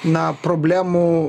na problemų